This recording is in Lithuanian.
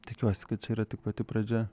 tikiuosi kad čia yra tik pati pradžia